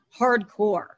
hardcore